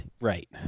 Right